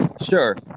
Sure